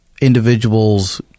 individuals